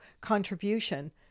contribution